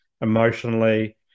emotionally